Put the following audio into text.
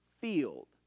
field